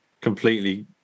completely